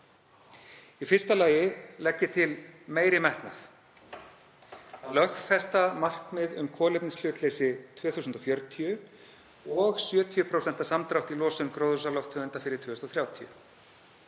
Í fyrsta lagi legg ég til meiri metnað, að lögfesta markmið um kolefnishlutleysi 2040 og 70% samdrátt í losun gróðurhúsalofttegunda fyrir 2030.